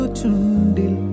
Chundil